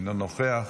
אינו נוכח,